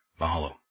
Mahalo